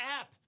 app